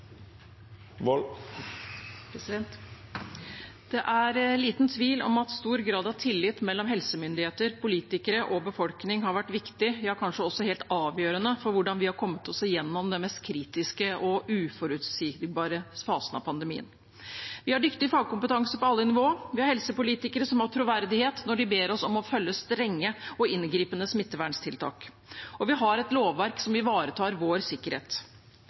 Det er liten tvil om at stor grad av tillit mellom helsemyndigheter, politikere og befolkning har vært viktig – ja, kanskje også helt avgjørende – for hvordan vi har kommet oss gjennom den mest kritiske og uforutsigbare fasen av pandemien. Vi har dyktig fagkompetanse på alle nivå, vi har helsepolitikere som har troverdighet når de ber oss om å følge strenge og inngripende smitteverntiltak, og vi har et lovverk som ivaretar vår sikkerhet.